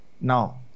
Now